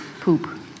poop